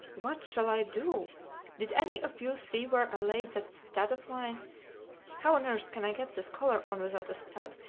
what shall i do did any of you see where i laid that stud of mine how on earth can i get this collar on without a stud?